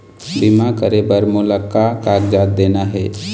बीमा करे बर मोला का कागजात देना हे?